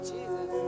Jesus